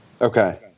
Okay